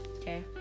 Okay